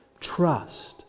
Trust